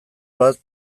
bat